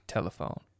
Telephone